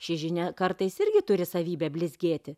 ši žinia kartais irgi turi savybę blizgėti